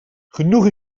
genoeg